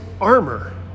armor